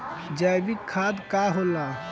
जैवीक खाद का होला?